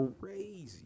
crazy